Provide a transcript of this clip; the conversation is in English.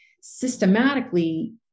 systematically